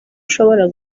ushobora